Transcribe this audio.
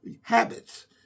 habits